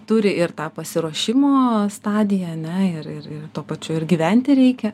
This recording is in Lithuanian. turi ir tą pasiruošimo stadiją ar ne ir ir tuo pačiu ir gyventi reikia